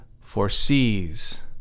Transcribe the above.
foresees